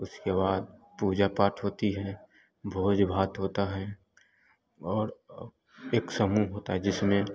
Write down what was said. उसके बाद पूजा पाठ होती है भोज भात होता है और एक समूह होता है जिसमें